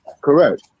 Correct